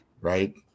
right